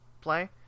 play